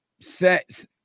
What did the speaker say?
sex